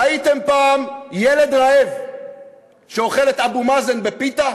ראיתם פעם ילד רעב שאוכל את אבו מאזן בפיתה?